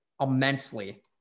immensely